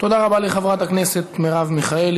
תודה רבה לחברת הכנסת מרב מיכאלי.